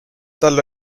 tal